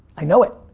i know it.